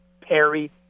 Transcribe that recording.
Perry